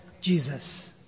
Jesus